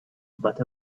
but